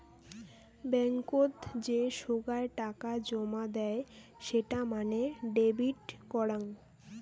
বেঙ্কত যে সোগায় টাকা জমা দেয় সেটা মানে ডেবিট করাং